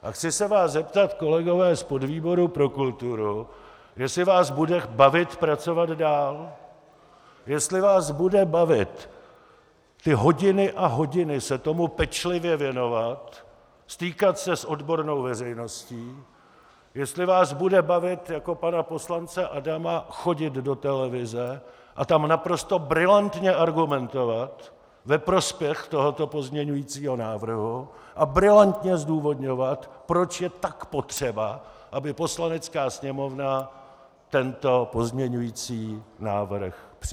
A chci se vás zeptat, kolegové z podvýboru pro kulturu, jestli vás bude bavit pracovat dál, jestli vás bude bavit ty hodiny a hodiny se tomu pečlivě věnovat, stýkat se s odbornou veřejností, jestli vás bude bavit jako pana poslance Adama chodit do televize a tam naprosto brilantně argumentovat ve prospěch tohoto pozměňovacího návrhu a brilantně zdůvodňovat, proč je tak potřeba, aby Poslanecká sněmovna tento pozměňovací návrh přijala.